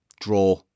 draw